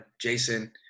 jason